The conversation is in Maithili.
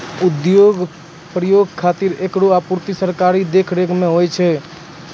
औद्योगिक प्रयोग खातिर एकरो आपूर्ति सरकारी देखरेख म होय छै